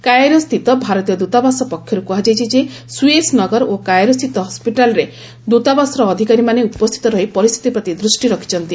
କାଏରେସ୍ଥିତ ଭାରତୀୟ ଦୂତାବାସ ପକ୍ଷରୁ କୁହାଯାଇଛି ଯେ ସୁଏଜ୍ ନଗର ଓ କାଏରୋସ୍ଥିତ ହସ୍ପିଟାଲରେ ଦୂତାବାସରେ ଅଧିକାରୀମାନେ ଉପସ୍ଥିତ ରହି ପରିସ୍ଥିତି ପ୍ରତି ଦୃଷ୍ଟି ରଖିଛନ୍ତି